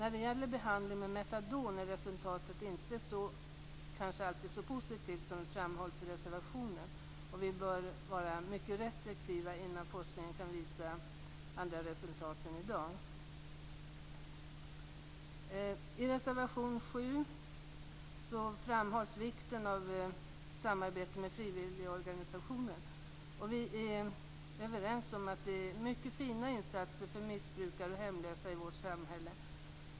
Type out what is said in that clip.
Resultatet av behandling med metadon är kanske inte alltid så positivt som framhålls i reservationen. Vi bör vara mycket restriktiva till dess att forskningen kan visa andra resultat än i dag. I reservation 7 framhålls vikten av samarbete med frivilligorganisationer. Vi är överens om att de gör mycket fina insatser för missbrukare och hemlösa i vårt samhälle.